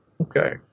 Okay